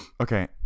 Okay